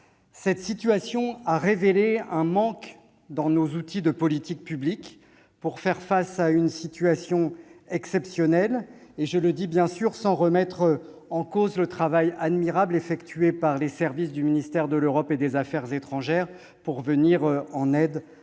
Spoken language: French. Cette situation a révélé un manque, dans nos outils de politique publique, pour faire face à une situation exceptionnelle. Bien évidemment, je le dis sans remettre en cause le travail admirable effectué par les services du ministère de l'Europe et des affaires étrangères pour venir en aide à nos